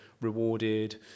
rewarded